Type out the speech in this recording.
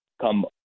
come